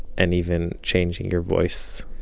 and even changing your voice.